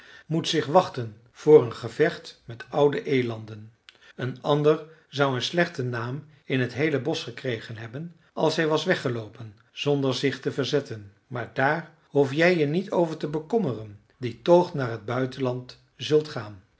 moet zich wachten voor een gevecht met oude elanden een ander zou een slechten naam in t heele bosch gekregen hebben als hij was weggeloopen zonder zich te verzetten maar daar hoef jij je niet over te bekommeren die toch naar het buitenland zult gaan